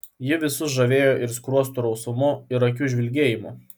ji visus žavėjo ir skruostų rausvumu ir akių žvilgėjimu